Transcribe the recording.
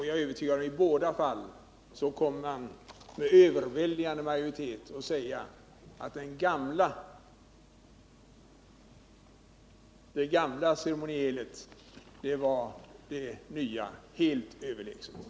Jag är övertygad om att i båda fallen en överväldigande majoritet kommer att säga, att det gamla ceremonielet var det nya helt överlägset.